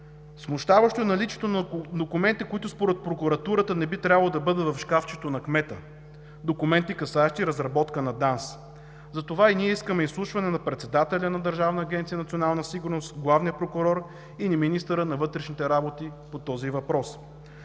Смущаващо е наличието на документи, които според прокуратурата не би трябвало да бъдат в шкафчето на кмета, документи, касаещи разработка на ДАНС. Затова ние искаме изслушване на председателя на Държавната агенция „Национална сигурност“, главния прокурор или министъра на вътрешните работи по този въпрос.